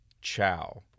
Chow